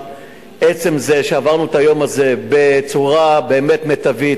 עצם זה שעברנו את היום הזה בצורה באמת מיטבית,